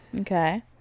Okay